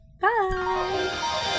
bye